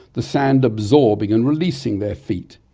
the sand absorbing and releasing their feet.